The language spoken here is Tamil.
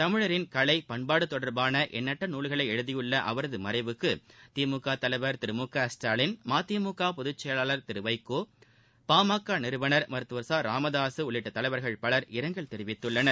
தமிழர் கலை பண்பாடு தொடர்பான எண்ணற்ற நூல்களை எழுதியுள்ள அவரது மறைவுக்கு திமுக தலைவர் திரு மு க ஸ்டாலின் மதிமுக பொதுச் செயலாளர் திரு வைகோ பாமக நிறுவனர் மருத்துவர் ச ராமதாஸ் உள்ளிட்ட தலைவர்கள் பலர் இரங்கல் தெரிவித்துள்ளனர்